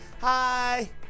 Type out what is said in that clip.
Hi